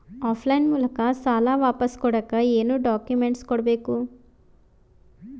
Of line ಮೂಲಕ ಸಾಲ ವಾಪಸ್ ಕೊಡಕ್ ಏನು ಡಾಕ್ಯೂಮೆಂಟ್ಸ್ ಕೊಡಬೇಕು?